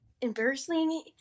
embarrassingly